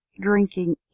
drinking